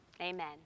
Amen